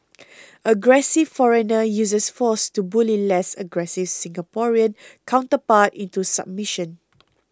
aggressive foreigner uses force to bully less aggressive Singaporean counterpart into submission